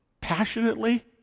passionately